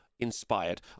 Inspired